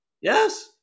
Yes